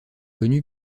connu